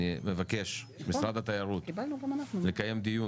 אני מבקש ממשרד התיירות לקיים דיון,